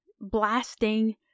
blasting